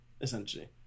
essentially